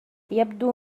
يبدو